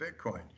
Bitcoin